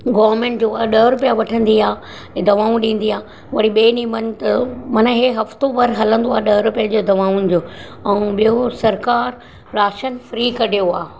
government जो ॾह रुपिया वठंदी आहे दवाऊं ॾींदी आहे वरी ॿिए ॾींहुं वञ त माना ही हफ़्तो भर हलंदो आहे ॾह रुपए जे दवाउनि जो ऐं ॿियो सरकारु राशन फ्री कढीयो आहे